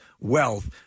wealth